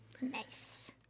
Nice